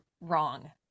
wrong